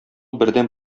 бердәм